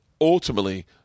ultimately